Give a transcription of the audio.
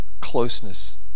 closeness